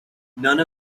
none